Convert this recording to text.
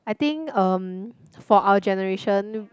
I think um for our generation